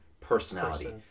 personality